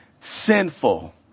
sinful